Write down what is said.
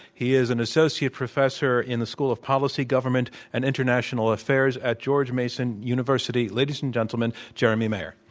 he is an associate professor in the school of policy, government and international affairs at george mason university. ladies and gentlemen, jeremy mayer.